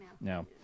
no